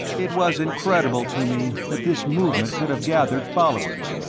it was incredible to me that this movement could have gathered followers,